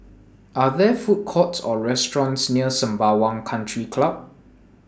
Are There Food Courts Or restaurants near Sembawang Country Club